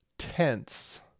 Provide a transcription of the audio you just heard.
tense